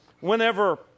whenever